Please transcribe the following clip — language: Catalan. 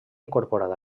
incorporat